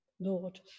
Lord